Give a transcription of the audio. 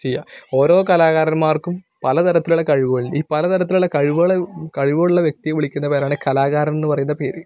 ചെയ്യുക ഓരോ കലാകാരന്മാർക്കും പലതരത്തിലുള്ള കഴിവുകളുണ്ട് ഈ പലതരത്തിലുള്ള കഴിവുകളെ കഴിവുകളുള്ള വ്യക്തിയെ വിളിക്കുന്ന പേരാണ് കലാകാരൻ എന്ന് പറയുന്ന പേര്